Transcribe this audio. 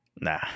Nah